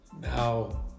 now